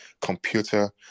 computer